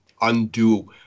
undo